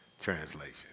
translation